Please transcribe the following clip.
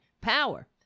power